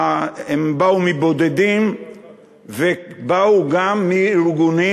הם באו מבודדים ובאו גם מארגונים.